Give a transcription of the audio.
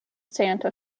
santa